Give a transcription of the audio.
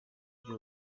bya